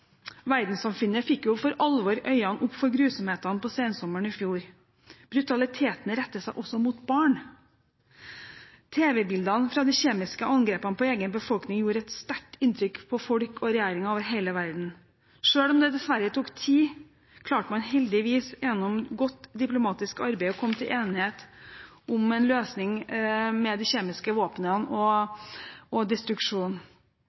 Verdenssamfunnet fikk for alvor øynene opp for grusomhetene på sensommeren i fjor. Brutaliteten retter seg også mot barn. Tv-bildene fra de kjemiske angrepene på egen befolkning gjorde et sterkt inntrykk på folk og regjeringer over hele verden. Selv om det dessverre tok tid, klarte man heldigvis gjennom godt diplomatisk arbeid å komme til enighet om en løsning med destruksjon av de kjemiske våpnene. Arbeidet er jo på gang, som utenriksministeren redegjorde for, og